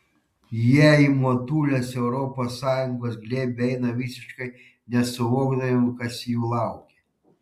jie į motulės europos sąjungos glėbį eina visiškai nesuvokdami kas jų laukia